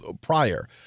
prior